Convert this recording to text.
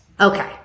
Okay